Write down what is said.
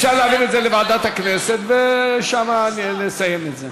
אפשר להעביר את זה לוועדת הכנסת ושם נסיים את זה.